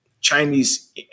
Chinese